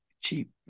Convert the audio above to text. cheap